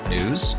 News